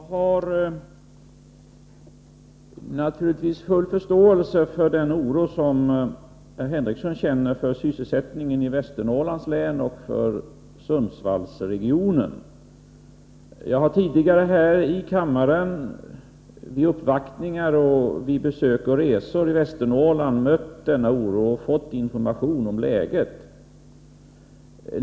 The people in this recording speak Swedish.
Fru talman! Jag har naturligtvis full förståelse för den oro som herr Henriesson känner för sysselsättningen i Västernorrlands län och i Sundsvallsregionen. Jag har tidigare här i kammaren, vid uppvaktningar och vid besök och resor i Västernorrland mött denna oro och fått information om läget.